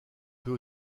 peut